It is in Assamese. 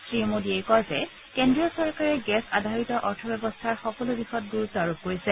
শ্ৰীমোডীয়ে কয় যে কেন্দ্ৰীয় চৰকাৰে গেছ আধাৰিত অৰ্থব্যৱস্থাৰ সকলো দিশত গুৰুত্ব আৰোপ কৰিছে